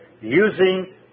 using